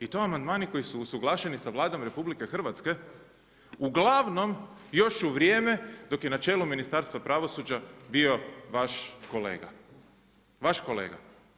I to amandmani koji su usuglašeni sa Vladom RH uglavnom još u vrijeme dok je na čelu Ministarstva pravosuđa bio vaš kolega, vaš kolega.